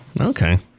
okay